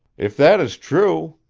if that is true,